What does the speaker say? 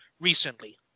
recently